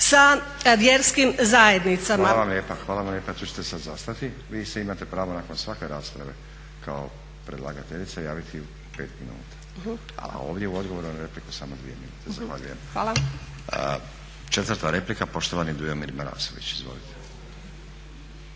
sa vjerskim zajednicama. **Stazić, Nenad (SDP)** Hvala lijepa. Tu ćete sad zastati. Vi se imate pravo nakon svake rasprave kao predlagateljica javiti 5 minuta, a u ovdje u odgovoru na repliku samo 2 minute. Zahvaljujem. Četvrta replika, poštovani Dujomir Marasović. Izvolite.